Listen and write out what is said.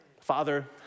Father